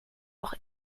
auch